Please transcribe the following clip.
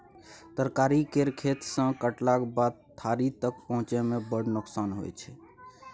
तरकारी केर खेत सँ कटलाक बाद थारी तक पहुँचै मे बड़ नोकसान होइ छै